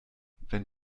wenn